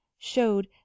showed